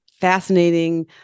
fascinating